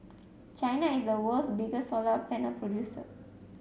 China is the world's biggest solar panel producer